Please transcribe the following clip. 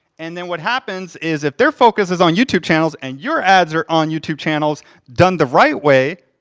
and then what happens is if their focus is on youtube channels, and your ads are on youtube channels done the right way,